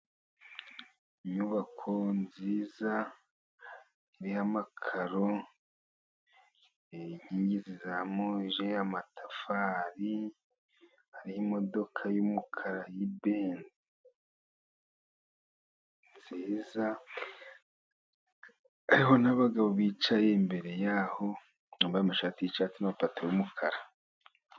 Inyubako nziza iriho amakaro, inkingi zizamuje amatafari, hari imodoka y'umukara y'ibenzi nziza, hariho n'abagabo bicaye imbere yaho bambaye amashati y'icyatsi n'amapatalo y'umukara.